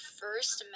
first